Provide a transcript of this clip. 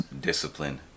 discipline